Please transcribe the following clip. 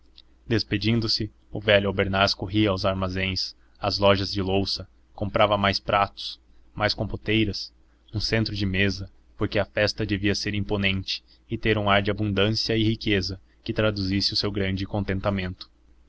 despedindo-se o velho albernaz corria aos armazéns às lojas de louça comprava mais pratos mais compoteiras um centro de mesa porque a festa devia ser imponente e ter um ar de abundância e riqueza que traduzisse o seu grande contentamento